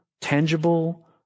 tangible